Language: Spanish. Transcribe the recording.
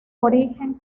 origen